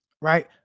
right